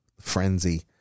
frenzy